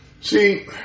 See